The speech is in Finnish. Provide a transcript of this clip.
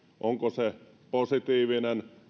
onko se positiivista